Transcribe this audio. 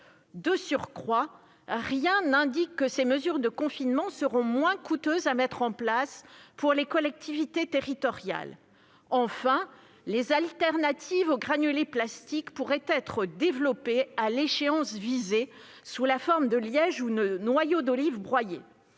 De surcroît, rien n'indique que ces mesures de confinement seront moins coûteuses à mettre en place pour les collectivités territoriales. Enfin, des alternatives aux granulés de plastique pourraient être développées à l'échéance visée, sous la forme de liège ou de noyaux d'olives broyés.